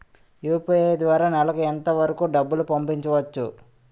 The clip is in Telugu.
యు.పి.ఐ ద్వారా నెలకు ఎంత వరకూ డబ్బులు పంపించవచ్చు?